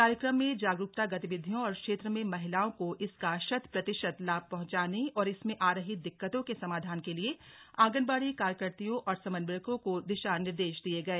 कार्यक्रम में जागरूकता गतिविधियों और क्षेत्र में महिलाओं को इसका शत प्रतिशत लाभ पहुंचाने और इसमें आ रही दिक्कतों के समाधान के लिए आंगनबाड़ी कार्यकत्रियों और समन्वयकों को दिशा निर्देश दिए गए